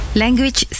language